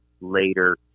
later